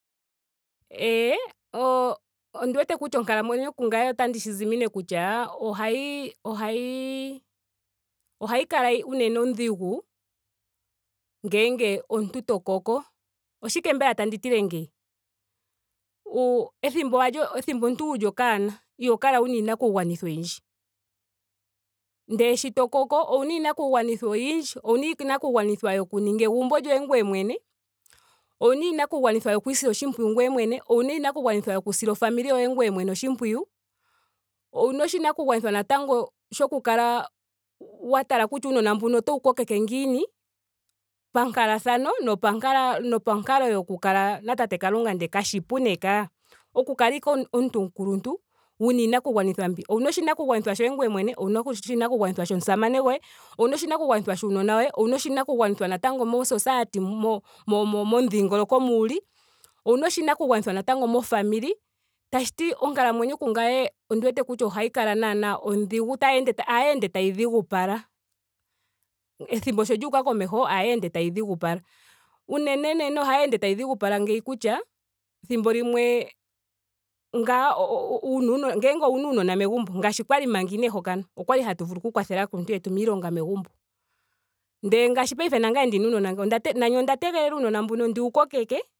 Eee. oo ondi wete kutya onkalamwenyo kungame otandi shi zimine kutya ohayi ohayi ohayi ohayi kala unene ondhigu ngele omuntu to koko. omolwashike mbela tandi tile ngeyi?U- ethimbo wali. ethimbo omuntuu wuli okanona iho kala wuna iinakugwanithwa oyindji. Ashike sho to koko owuna iinanakugwanithwa oyindji. owuna iinakugwanithwa yoku ninga egumbo lyoye ngoye mwene. owuna iinakugwanithwa yoku isila oshimpwiyu ngweye mwene. owuna iinakugwanitha yoku sila o family yoye ngoye mwene oshimpwiyu. owuna oshinakugwanithwa natango shoku kala wa tala kutya uunona mbuno otowu kokeke ngiini. pankalathano nopankala nopankalo yoku kala na tate kalunga ndele kashipu kaa nee. Oku kala ashike omuntu omukuluntu wuna iinakugwanithwa mbi. owuna oshinakugwanithwa shoye ngweye mwene. owuna oshinakugwanitha shomusamane goye. owuna oshinakugwanithwa shaanona yoye. owuna oshinakugwanithwa mo society m- momudhingoloko moka wuli. owuna oshinakugwanithwa natango mo family. tashiti onkalamwenyo kungame ondi wete kutya ohayi kala naana ondhigu. tayi ende ohayi ende tayi tayi dhigupala. Ethimbo sho lyuuka komeho ohayi ende tayi dhigupala. Unenene ohayi ende tayi dhigupala ngeyi kutya thimbo limwe ngaa wuna uun- ngele owuna uunona megumbo. ngaashi kwali manga inee hokanwa. okwali hatu vulu oku kwathela aakuluntu yetu miilonga megumbo. ndele ngaashi paife nangame ndina aanona nge nani onda tegelela uunona mbuno ndiwu kokeke